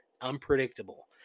unpredictable